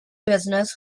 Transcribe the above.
business